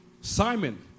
Simon